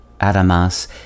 Adamas